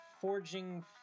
forging